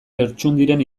lertxundiren